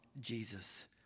Jesus